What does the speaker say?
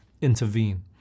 intervene